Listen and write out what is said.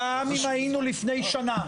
גם אם היינו לפני שנה,